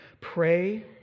Pray